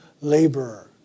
laborer